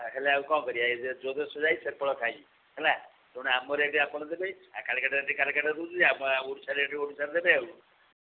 ହେଲେ ଆଉ କ'ଣ କରିବା ଯୋ ଦେଶ ଯାଇ ସେ ଫଳ ଖାଇ ହେଲା ତେଣୁ ଆମ ରେଟ୍ ଆପଣ ଦେବେ କାଲ୍କାଟା ରେଟ୍ କାଲ୍କାଟା ଦେଉଛି ଆମ ଓଡ଼ିଶା ରେଟ୍ ଓଡ଼ିଶାରେ ଦେବେ ଆଉ